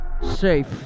Safe